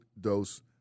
dose